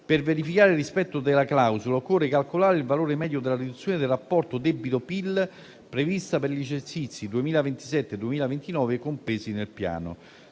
per verificare il rispetto della clausola occorre calcolare il valore medio della riduzione del rapporto debito-PIL, prevista per gli esercizi 2027-2029 compresi nel Piano.